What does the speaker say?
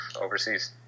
overseas